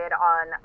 on